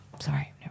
sorry